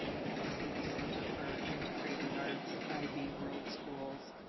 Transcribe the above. can see the center for integrated arts, ib world schools,